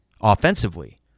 offensively